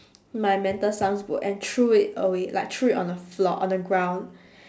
my mental sums book and threw it away like threw it on the floor on the ground